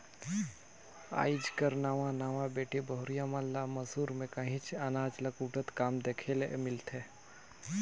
आएज कर नावा नावा बेटी बहुरिया मन ल मूसर में काहींच अनाज ल कूटत कम देखे ले मिलथे